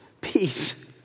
Peace